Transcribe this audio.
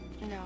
No